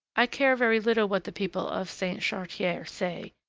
i care very little what the people of saint-chartier say,